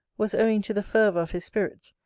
was owing to the fervour of his spirits,